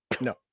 no